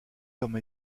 comme